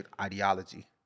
ideology